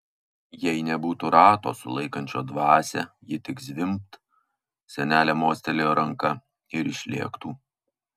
jei nebūtų rato sulaikančio dvasią ji tik zvimbt senelė mostelėjo ranka ir išlėktų